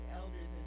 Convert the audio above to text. elders